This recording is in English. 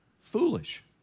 foolish